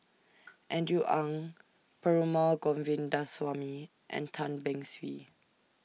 Andrew Ang Perumal Govindaswamy and Tan Beng Swee